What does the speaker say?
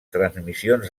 transmissions